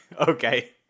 Okay